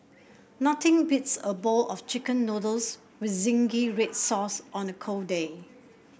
nothing beats a bowl of chicken noodles with zingy red sauce on a cold day